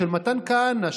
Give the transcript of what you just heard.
של מתן כהנא,